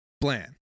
bland